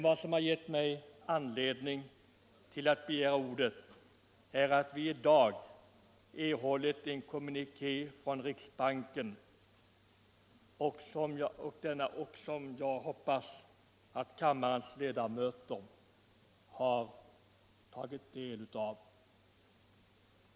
Vad som har fått mig att begära ordet är dagens kommuniké från riksbanken som jag hoppas att kammarens ledamöter har tagit del av.